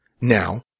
Now